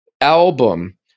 album